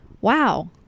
Wow